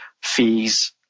fees